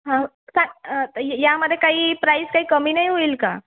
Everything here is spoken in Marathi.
हं का यामधे काही प्राईस काही कमी नाही होईल का